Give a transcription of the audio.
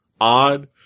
odd